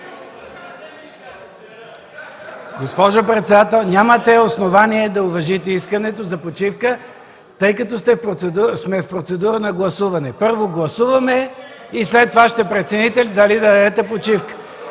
Госпожо председател, нямате основание да уважите искането за почивка, тъй като сме в процедура на гласуване. Първо ще гласуваме, а след това ще прецените дали да дадете почивка.